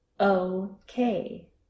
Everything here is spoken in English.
okay